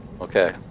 Okay